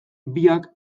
biak